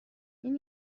این